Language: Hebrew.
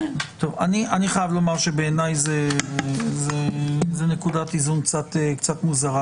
אני חייב לומר שבעיניי זו נקודת איזון קצת מוזרה.